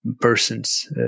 persons